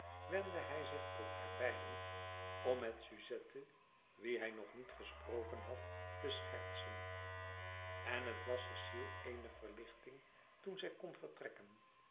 wendde hij zich tot haarbeiden om met suzette wie hij nog niet gesproken had te schertsen en het was cecile eene verlichting toen zij kon vertrekken